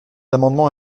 amendement